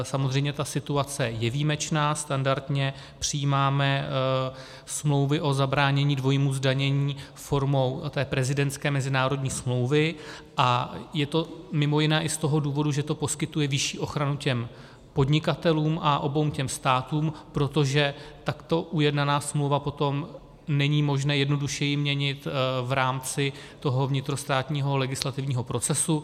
Samozřejmě ta situace je výjimečná, standardně přijímáme smlouvy o zabránění dvojímu zdanění formou prezidentské mezinárodní smlouvy a je to mimo jiné i z toho důvodu, že to poskytuje vyšší ochranu podnikatelům a oběma státům, protože takto ujednanou smlouvu potom není možné jednoduše měnit v rámci vnitrostátního legislativního procesu.